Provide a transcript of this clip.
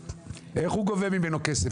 איך הוא גובה ממנו כסף?